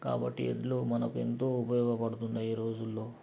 కాబట్టి ఎడ్లు మనకు ఎంతో ఉపయోగపడుతున్నాయి ఈ రోజుల్లో